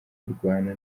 kurwana